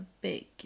big